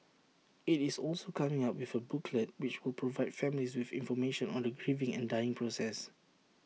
IT is also coming up with A booklet which will provide families with information on the grieving and dying process